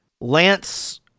Lance